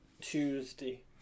Tuesday